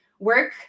work